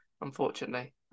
unfortunately